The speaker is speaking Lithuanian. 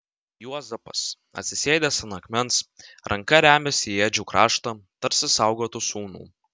juozapas atsisėdęs ant akmens ranka remiasi į ėdžių kraštą tarsi saugotų sūnų